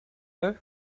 ago